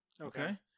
okay